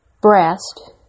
breast